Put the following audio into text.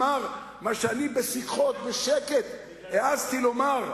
אמר מה שאני בשיחות בשקט העזתי לומר,